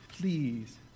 please